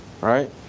right